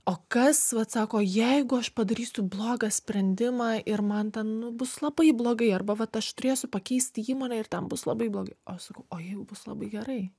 o kas vat sako jeigu aš padarysiu blogą sprendimą ir man ten nu bus labai blogai arba vat aš turėsiu pakeisti įmonę ir ten bus labai blogai o aš sakau o jeigu bus labai gerai